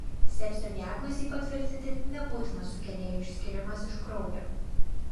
sepsio diagnozei patvirtinti nebūtinas sukėlėjų išskyrimas iš kraujo